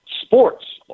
sports